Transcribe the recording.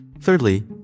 Thirdly